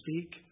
speak